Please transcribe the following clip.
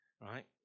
Right